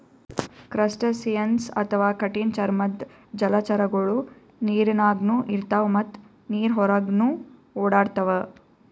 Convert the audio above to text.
crustaceans ಅಥವಾ ಕಠಿಣ್ ಚರ್ಮದ್ದ್ ಜಲಚರಗೊಳು ನೀರಿನಾಗ್ನು ಇರ್ತವ್ ಮತ್ತ್ ನೀರ್ ಹೊರಗನ್ನು ಓಡಾಡ್ತವಾ